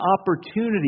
opportunity